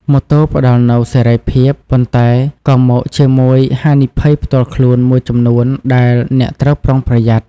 ម៉ូតូផ្តល់នូវសេរីភាព ប៉ុន្តែក៏មកជាមួយហានិភ័យផ្ទាល់ខ្លួនមួយចំនួនដែលអ្នកត្រូវប្រុងប្រយ័ត្ន។